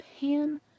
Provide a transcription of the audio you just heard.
pan